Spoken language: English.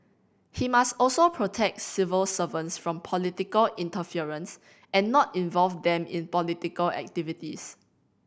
he must also protect civil servants from political interference and not involve them in political activities